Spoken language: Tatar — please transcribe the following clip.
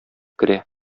керә